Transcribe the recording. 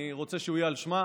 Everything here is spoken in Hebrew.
אני רוצה שהוא יהיה על שמה.